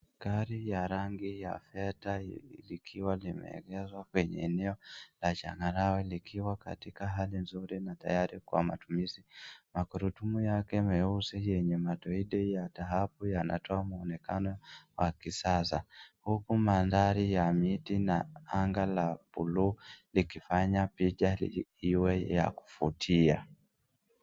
Gari ya rangi ya reda likiwa limeegeshwa kwenye eneo la changarao likiwa katika hali nzuri na tayari kwa matumizi magurudumu yake nyeusi yenye madoido ya tahabu yanatoka muonekano wa kisasa huku mandhari ya mamiti na anga ya buluu likifanya picha liwe la kufutia.